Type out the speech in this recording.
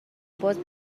باز